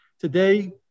Today